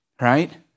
right